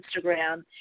Instagram